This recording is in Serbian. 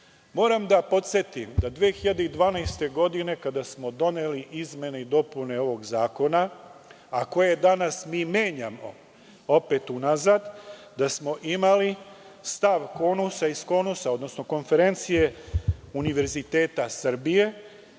da podsetim da 2012. godine, kada smo doneli izmene i dopune ovog zakona, a koje danas menjamo opet unazad, da smo imali stav KONUS, odnosno Konferencije univerziteta Srbije